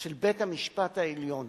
של בית-המשפט העליון